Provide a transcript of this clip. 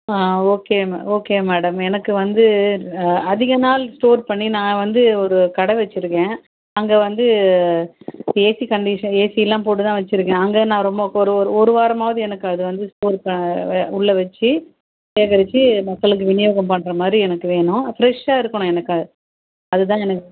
ஆ okay மே okay madam எனக்கு வந்து அதிக நாள் ஸ்டோர் பண்ணி நான் வந்து ஒரு கடை வச்சிருக்கேன் அங்கே வந்து ஏசி கண்டிஷன் ஏசியெலாம் போட்டுதான் வச்சிருக்கேன் அங்கே நான் ரொம்ப ஒரு ஒரு ஒரு வாரமாவது எனக்கு அது வந்து ஸ்டோர் உள்ள வச்சு சேகரித்து மக்களுக்கு விநியோகம் பண்ணுற மாதிரி எனக்கு வேணும் ஃப்ரெஷ்ஷாக இருக்கணும் எனக்கு அதுதான் எனக்